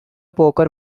poker